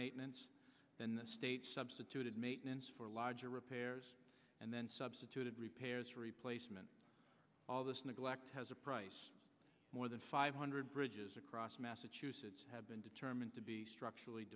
maintenance then the states substituted maintenance for larger repairs and then substituted repairs for replacement all this neglect has a price more than five hundred bridges across massachusetts have been determined to be structurally